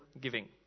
giving